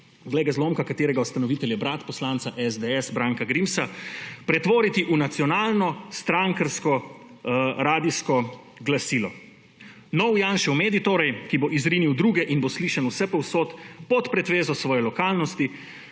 glej ga zlomka, katerega ustanovitelj je brat poslanca SDS Branka Grimsa ‒, pretvoriti v nacionalno strankarsko radijsko glasilo. Nov Janšev medij torej, ki bo izrinil druge in bo slišan vsepovsod, pod pretvezo svoje lokalnosti